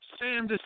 Sam